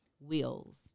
wills